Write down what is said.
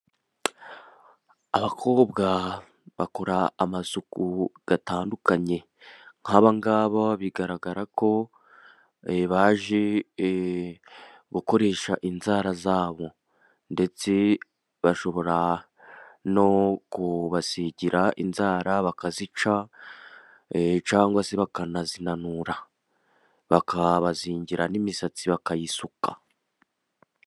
Abakobwa bakora amasuku atandukanye, nk'abangaba bigaragara ko baje gukoresha inzara zabo ,ndetse bashobora no kubasigira inzara ,bakazica cyangwa se bakanazinanura, bakabazingira n'imisatsi bakayisuka.